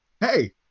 Hey